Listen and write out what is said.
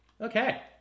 Okay